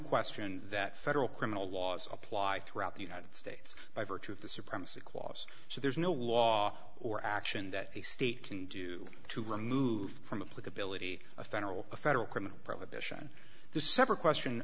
question that federal criminal laws apply throughout the united states by virtue of the supremacy clause so there's no law or action that a state can do to remove from a pulpit billy a federal a federal criminal prohibition the separate question